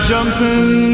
jumping